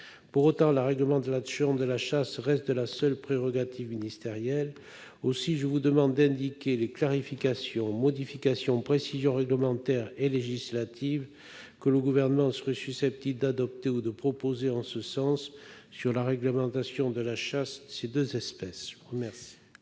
Pour autant, la réglementation de la chasse reste de la seule prérogative ministérielle. Aussi, je vous demande d'indiquer les clarifications, modifications et précisions réglementaires et législatives que le Gouvernement serait susceptible d'adopter ou de proposer en ce sens sur la réglementation de la chasse de ces deux espèces. La parole